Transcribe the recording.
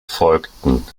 folgten